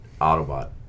Autobot